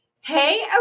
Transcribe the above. Hey